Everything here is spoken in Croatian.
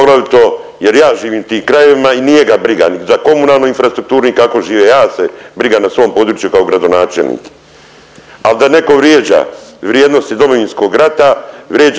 Hvala vam